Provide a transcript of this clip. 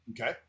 Okay